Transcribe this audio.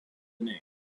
name